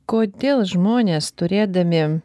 kodėl žmonės turėdami